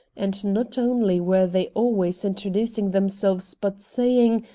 and not only were they always introducing themselves, but saying,